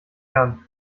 kann